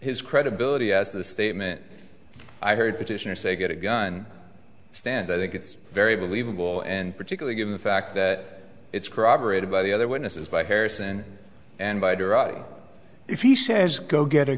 his credibility as the statement i heard petitioner say get a gun stand i think it's very believable and particularly given the fact that it's corroborated by the other witnesses by harrison and by durai if he says go get a